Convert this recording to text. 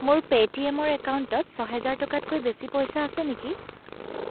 মোৰ পে' টি এমৰ একাউণ্টত ছহেজাৰ টকাতকৈ বেছি পইচা আছে নেকি